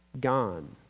gone